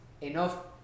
enough